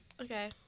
Okay